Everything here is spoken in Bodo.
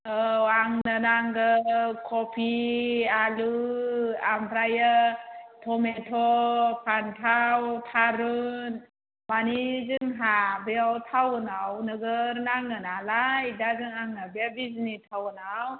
औ आंनो नांगौ कफि आलु आमफ्रायो टमेट' फानथाव थारुन माने जोंहा बेयाव टाउनाव नोगोद नाङो नालाय दा जों आङो बे बिजनी टाउनाव